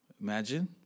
Imagine